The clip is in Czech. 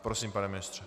Prosím, pane ministře.